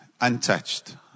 untouched